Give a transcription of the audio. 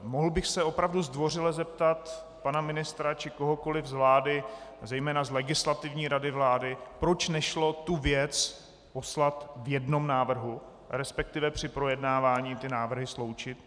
Mohl bych se opravdu zdvořile zeptat pana ministra či kohokoliv z vlády, zejména z Legislativní rady vlády, proč nešlo tu věc poslat v jednom návrhu, respektive při projednávání ty návrhy sloučit?